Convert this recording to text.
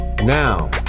Now